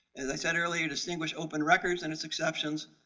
as i said earlier, distinguish open records and it's exceptions